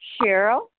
Cheryl